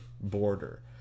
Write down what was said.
border